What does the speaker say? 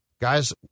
guys